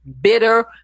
bitter